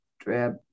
drip